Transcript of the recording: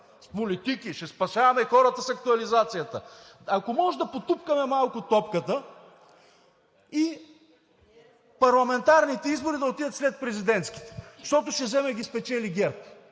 с политики! Ще спасяваме хората с актуализацията! Ако може да потупкаме малко топката и парламентарните избори да отидат след президентските, защото ще вземе да ги спечели ГЕРБ.